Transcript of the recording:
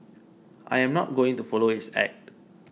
I am not going to follow his act